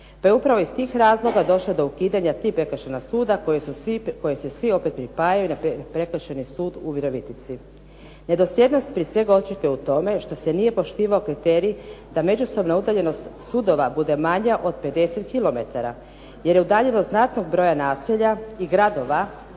pa je upravo iz tih razloga došlo do ukidanja 3 prekršajna suda koji se svi opet pripajaju na Prekršajni sud u Virovitici. Nedosljednost prije svega očito je u tome što se nije poštivao kriterij da međusobna udaljenost sudova bude manja od 50 km. Jer je udaljenost znatnog broja naselja i gradova